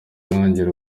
ntangira